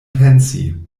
pensi